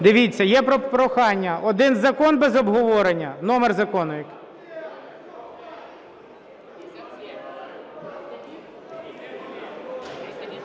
Дивіться, є прохання. Один закон без обговорення? Номер закону